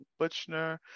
Butchner